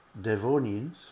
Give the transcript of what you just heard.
devonians